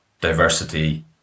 diversity